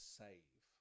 save